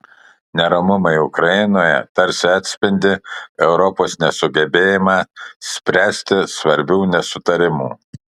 neramumai ukrainoje tarsi atspindi europos nesugebėjimą spręsti svarbių nesutarimų